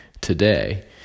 today